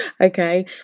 Okay